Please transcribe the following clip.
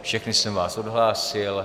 Všechny jsem vás odhlásil.